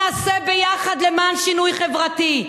נעשה יחד למען שינוי חברתי,